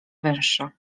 węższa